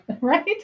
Right